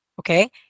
okay